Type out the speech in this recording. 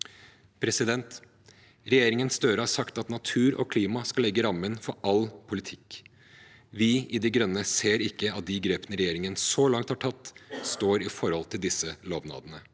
etterspør. Regjeringen Støre har sagt at natur og klima skal legge rammen for all politikk. Vi i Miljøpartiet De Grønne ser ikke at de grepene regjeringen så langt har tatt, står i forhold til disse lovnadene.